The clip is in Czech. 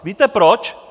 Víte proč?